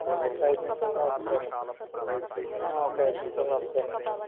ఒక ఐదు నిమిషాల్లో వస్తారండి ఒక ఐదు నిమిషాల్లో వస్తారండి